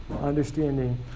understanding